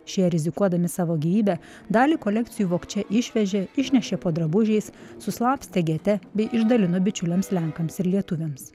šie rizikuodami savo gyvybe dalį kolekcijų vogčia išvežė išnešė po drabužiais suslapstė gete bei išdalino bičiuliams lenkams ir lietuviams